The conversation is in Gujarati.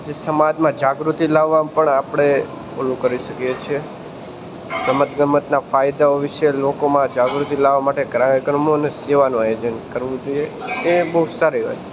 પછી સમાજમાં જાગૃતિ લાવવા પણ આપણે પેલું કરી શકીએ છીએ રમતગમતના ફાયદાઓ વિશે લોકોમાં જાગૃતિ લાવવા માટે કાર્યક્રમો અને સેવાનું આયોજન કરવું જોઈએ એ બહુ સારી વાત છે